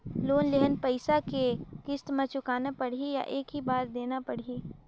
Loan लेहल पइसा के किस्त म चुकाना पढ़ही या एक ही बार देना पढ़ही?